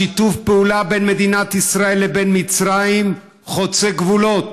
שיתוף הפעולה בין מדינת ישראל לבין מצרים חוצה גבולות.